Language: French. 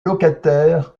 locataires